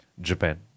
japan